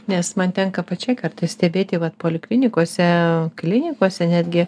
nes man tenka pačiai kartais stebėti vat poliklinikose klinikose netgi